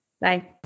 Bye